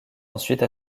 ensuite